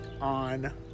on